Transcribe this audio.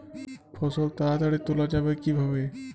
ফসল তাড়াতাড়ি তোলা যাবে কিভাবে?